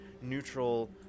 neutral